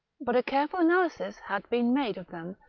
but a careful analysis had been made of them,